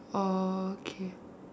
orh k